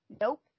nope